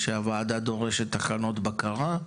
שהוועדה דורשת תחנות בקרה,